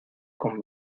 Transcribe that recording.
con